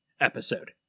episode